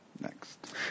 Next